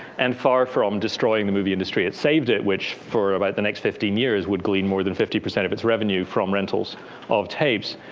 and far from um destroying the movie industry, it saved it. which, for about the next fifteen years, would glean more than fifty percent of its revenue from rentals of tapes.